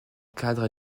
cadre